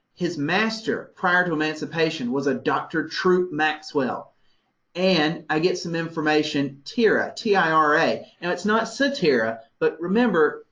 his master, prior to emancipation was a dr. true maxwell and i get some information, tira, t i r a. now and it's not satira, but remember,